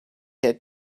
had